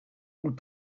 vous